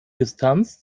distanz